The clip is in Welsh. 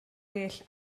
well